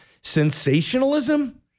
Sensationalism